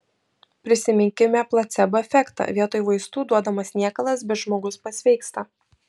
prisiminkime placebo efektą vietoj vaistų duodamas niekalas bet žmogus pasveiksta